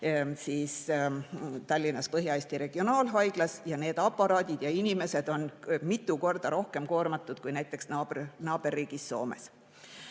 ja Tallinnas Põhja-Eesti Regionaalhaiglas. Need aparaadid ja inimesed on mitu korda rohkem koormatud kui näiteks naaberriigis Soomes. Palun